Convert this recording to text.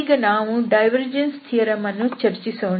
ಈಗ ನಾವು divergence theorem ಅನ್ನು ಚರ್ಚಿಸೋಣ